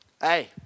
Hey